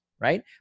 right